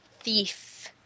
Thief